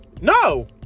No